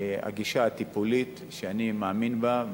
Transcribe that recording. הגישה הטיפולית שאני מאמין בה.